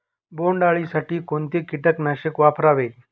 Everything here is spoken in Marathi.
बोंडअळी साठी कोणते किटकनाशक वापरावे?